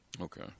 Okay